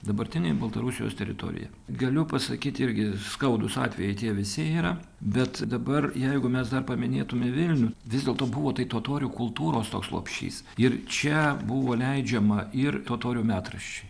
dabartinėje baltarusijos teritorijoje galiu pasakyti irgi skaudūs atvejai tie visi yra bet dabar jeigu mes dar paminėtume vilnių vis dėlto buvo tai totorių kultūros toks lopšys ir čia buvo leidžiama ir totorių metraščiai